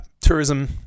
tourism